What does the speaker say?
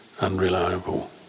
unreliable